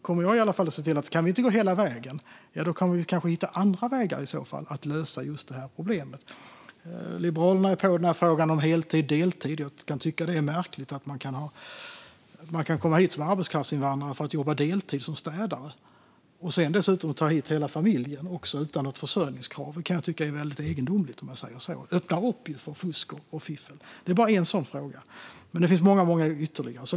Kan vi inte gå hela vägen kan vi kanske hitta andra vägar i så fall för att lösa just det här problemet. Liberalerna är inne på frågan om heltid och deltid. Jag kan tycka att det är märkligt att man kan komma hit som arbetskraftsinvandrare för att jobba deltid som städare och sedan dessutom ta hit hela familjen utan något försörjningskrav. Det kan jag tycka är väldigt egendomligt. Det öppnar för fusk och fiffel. Det är bara en sådan fråga. Det finns många ytterligare.